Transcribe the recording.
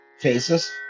faces